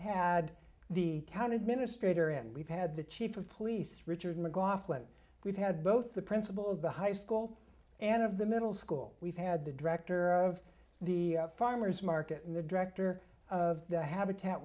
had the cabinet minister and we've had the chief of police richard mcgaugh flynn we've had both the principal of the high school and of the middle school we've had the director of the farmer's market and the director of the habitat